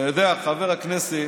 אתה יודע, חבר הכנסת